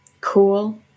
Cool